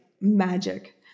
magic